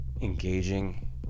engaging